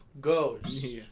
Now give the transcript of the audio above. goes